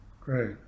great